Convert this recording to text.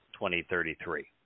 2033